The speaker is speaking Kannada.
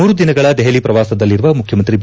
ಮೂರು ದಿನಗಳ ದೆಹಲಿ ಶ್ರವಾಸದಲ್ಲಿರುವ ಮುಖ್ಯಮಂತ್ರಿ ಬಿ